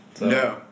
No